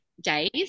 days